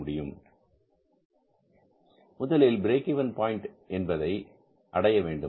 முதலில் break even point என்பதை அடைய வேண்டும்